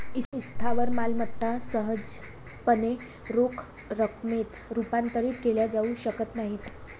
स्थावर मालमत्ता सहजपणे रोख रकमेत रूपांतरित केल्या जाऊ शकत नाहीत